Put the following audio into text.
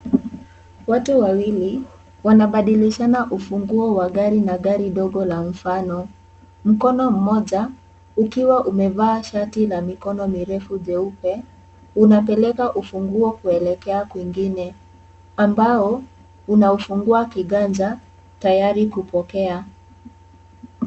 Watu wawili wanabadilishana ufunguo wa gari na gari ndogo la mfano, mkono moja ukiwa umevaa shati la mikono mirefu jeupe unapeleka ufunguo kuelekea kwingine ambao unaufungua kiganja tayari kupokea.